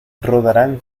rodarán